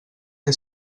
que